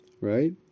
right